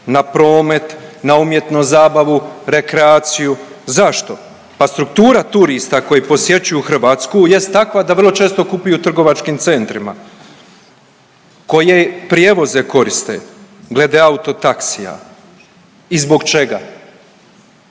na promet, na umjetnost, zabavu, rekreaciju, zašto? Pa struktura turista koji posjećuju Hrvatsku jest takva da vrlo često kupuju u trgovačkim centrima. Koje prijevoze koriste glede autotaksija i zbog čega?